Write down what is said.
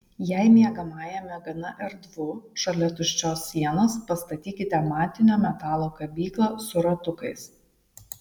jei miegamajame gana erdvu šalia tuščios sienos pastatykite matinio metalo kabyklą su ratukais